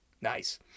Nice